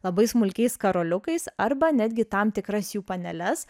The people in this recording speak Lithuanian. labai smulkiais karoliukais arba netgi tam tikras jų paneles